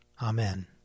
Amen